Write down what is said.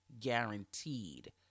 guaranteed